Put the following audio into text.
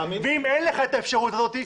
אם אין לך את האפשרות הזאת,